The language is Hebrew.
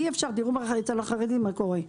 תראו אצל החרדים מה קורה.